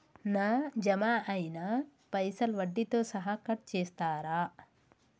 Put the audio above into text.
నా జమ అయినా పైసల్ వడ్డీతో సహా కట్ చేస్తరా?